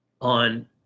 on